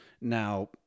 Now